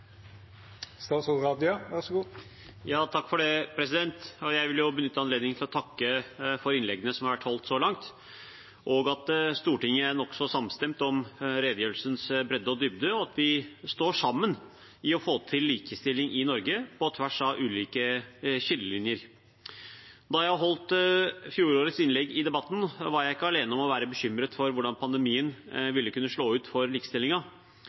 Jeg vil benytte anledningen til å takke for innleggene som har vært holdt så langt, for at Stortinget er nokså samstemt om redegjørelsens bredde og dybde, og for at vi står sammen i å få til likestilling i Norge på tvers av ulike skillelinjer. Da jeg holdt fjorårets innlegg i debatten, var jeg ikke alene om å være bekymret for hvordan pandemien ville kunne slå ut for